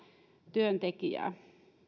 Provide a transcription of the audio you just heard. työntekijää